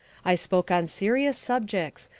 i spoke on serious subjects,